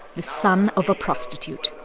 the son of a prostitute.